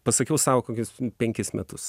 pasakiau sau kokius penkis metus